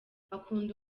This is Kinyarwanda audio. akunda